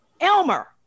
Elmer